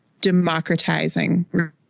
democratizing